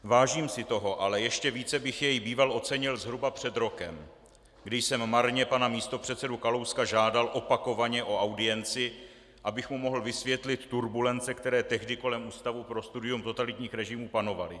Vážím si toho, ale ještě více bych jej býval ocenil zhruba před rokem, kdy jsem marně pana místopředsedu Kalouska opakovaně žádal o audienci, abych mu mohl vysvětlit turbulence, které tehdy kolem Ústavu pro studium totalitních režimů panovaly.